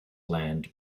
gland